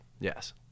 Yes